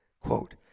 quote